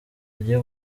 agiye